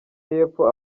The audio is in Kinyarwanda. y’epfo